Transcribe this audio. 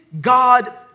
God